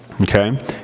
Okay